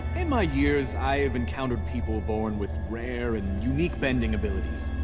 in my years, i have encountered people born with rare and unique bending abilities.